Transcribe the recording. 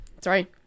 sorry